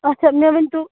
اچھا مےٚ ؤنۍتو